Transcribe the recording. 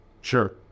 Sure